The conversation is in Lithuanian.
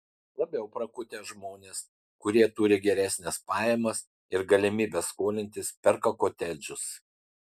labiau prakutę žmonės kurie turi geresnes pajamas ir galimybes skolintis perka kotedžus